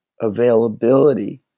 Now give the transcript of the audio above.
availability